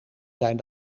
zijn